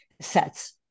sets